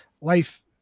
life